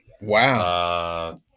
Wow